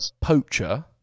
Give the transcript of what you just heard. Poacher